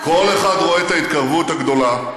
כל אחד רואה את ההתקרבות הגדולה.